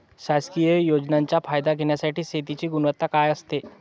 शासकीय योजनेचा फायदा घेण्यासाठी शेतीची गुणवत्ता काय असते?